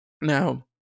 Now